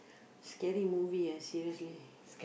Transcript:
scary movie ah seriously